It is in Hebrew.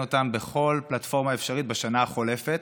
אותן בכל פלטפורמה אפשרית בשנה החולפת.